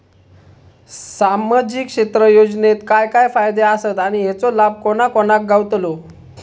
सामजिक क्षेत्र योजनेत काय काय फायदे आसत आणि हेचो लाभ कोणा कोणाक गावतलो?